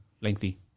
lengthy